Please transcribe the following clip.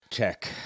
check